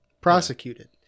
prosecuted